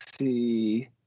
see